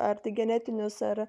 ar tai genetinius ar